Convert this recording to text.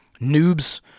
noobs